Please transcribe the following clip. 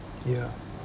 ya